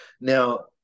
Now